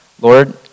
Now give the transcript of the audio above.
Lord